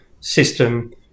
system